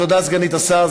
תודה, סגנית השר.